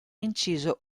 inciso